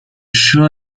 sure